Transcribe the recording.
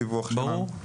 ברור.